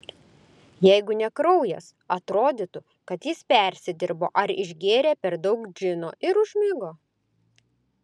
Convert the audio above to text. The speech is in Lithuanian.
jeigu ne kraujas atrodytų kad jis persidirbo ar išgėrė per daug džino ir užmigo